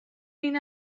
این